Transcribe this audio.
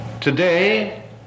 Today